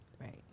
Right